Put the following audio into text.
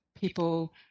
people